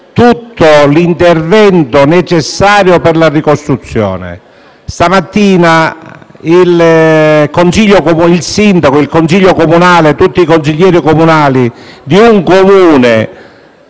tutto l'intervento necessario per la ricostruzione. Stamattina il sindaco, il consiglio comunale e tutti i consiglieri comunali del Comune